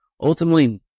ultimately